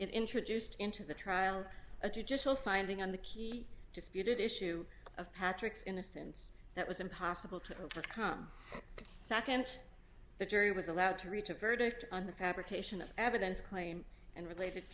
introduced into the trial a judicial signing on the key disputed issue of patrick's innocence that was impossible to overcome the nd the jury was allowed to reach a verdict on the fabrication of evidence claim and related